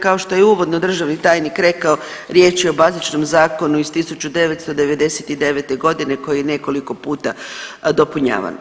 Kao što je uvodno državni tajnik rekao riječ je o bazičnom zakonu iz 1999.g. koji je nekoliko puta dopunjavan.